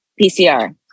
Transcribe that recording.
PCR